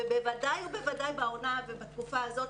ובוודאי בוודאי בעונה ובתקופה הזאת,